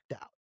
out